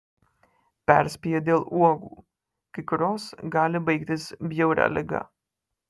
perspėja dėl uogų kai kurios gali baigtis bjauria liga